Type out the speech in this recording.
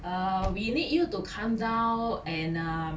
uh we need you to come down and uh